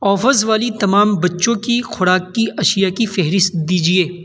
offers والی تمام بچوں کی خوراک کی اشیاء کی فہرست دیجیے